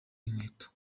inkweto